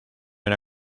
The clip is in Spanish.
una